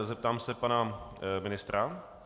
Zeptám se pana ministra.